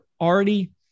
already